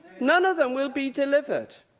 none of them will be delivered.